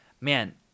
man